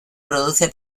produce